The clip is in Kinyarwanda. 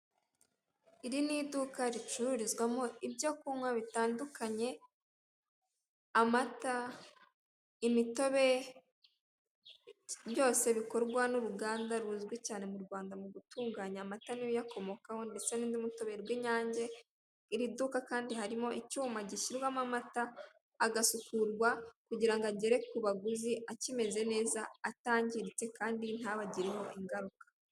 Iri ni iduka ricururizwamo ibyo kunkwa bitandukanye amata, imitobe byose bikorwa n'uruganda ruzwi cyane mu Rwanda mugutunganya amata n'ibiyakomokaho ndetse nundi mutobe rw'inyange iri duka kandi harimo icyuma gishyirwamo amata agasukurwa kugirango agere ku baguzi akimeze neza atangiritse kandi ntabagireho ingaruka.